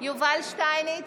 יובל שטייניץ,